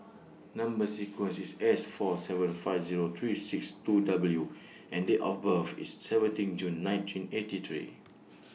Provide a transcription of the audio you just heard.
Number sequence IS S four seven five Zero three six two W and Date of birth IS seventeen June nineteen eighty three